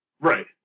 right